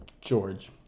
George